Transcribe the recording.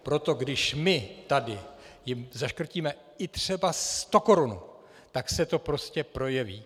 Proto když my tady jim zaškrtíme i třeba sto korun, tak se to prostě projeví.